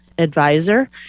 Advisor